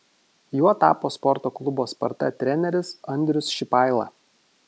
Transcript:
juo tapo sporto klubo sparta treneris andrius šipaila